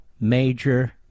major